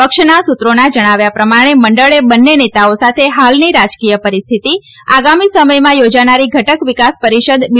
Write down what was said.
પક્ષના સૂત્રોના જણાવ્યા પ્રમાણે મંડળે બંને નેતાઓ સાથે હાલની રાજકીય પરિસ્થિતિ આગામી સમયમાં યોજાનારી ઘટક વિકાસ પરિષદ બી